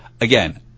again